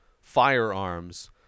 firearms